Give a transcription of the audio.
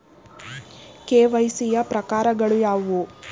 KYC ಯ ಪ್ರಕಾರಗಳು ಯಾವುವು?